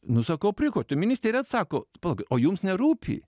nu sakau prie ko tai ministerija atsako palaukit o jums nerūpi